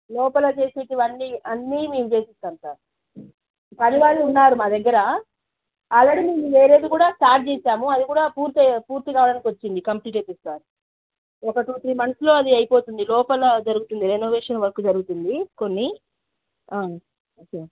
లోపల చేసేవి అన్నీ అన్నీ మేము చేపిస్తాము సార్ పని వాళ్ళు ఉన్నారు మా దగ్గరా ఆల్రెడీ మేము వేరేది కూడా స్టార్ట్ చేశాము అది కూడా పూర్తికావడానికి వచ్చింది కంప్లీట్ అయిపోతుంది సార్ ఒక టూ త్రీ మంత్స్లో అది అయిపోతుంది లోపల జరుగుతుంది రెనోవేషన్ వర్క్ జరుగుతుంది కొన్ని ఓకే